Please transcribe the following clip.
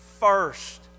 first